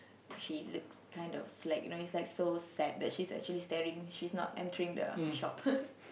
she looks kind of slack you know is like so sad that she's actually staring she's not entering the shop